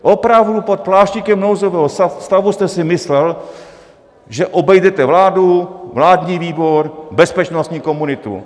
Opravdu pod pláštíkem nouzového stavu jste si myslel, že obejdete vládu, vládní výbor, bezpečnostní komunitu?